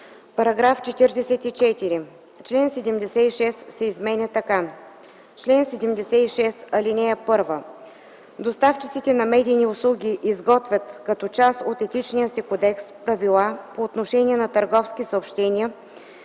„§ 44. Член 76 се изменя така: „Чл. 76. (1) Доставчиците на медийни услуги изготвят като част от етичния си кодекс правила по отношение на търговски съобщения,